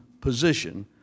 position